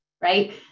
right